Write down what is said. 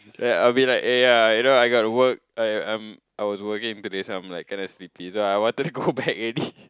yeah I will be like eh yeah you know I gotta work I am I was working today so I am like kinda sleepy so I wanted to go back already